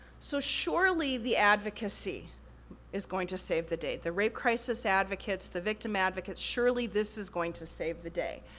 so, surely the advocacy is going to save the day. the rape crisis advocates, the victim advocates, surely this is going to save the day.